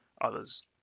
Others